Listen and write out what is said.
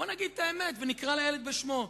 בואו נגיד את האמת ונקרא לילד בשמו,